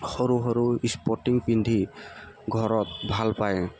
সৰু সৰু স্পৰ্টিং পিন্ধি ঘৰত ভাল পায়